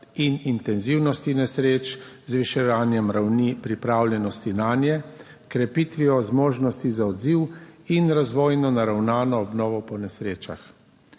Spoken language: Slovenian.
in intenzivnosti nesreč, z zviševanjem ravni pripravljenosti nanje, krepitvijo zmožnosti za odziv in razvojno naravnano obnovo po nesrečah.